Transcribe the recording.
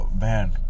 Man